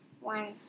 one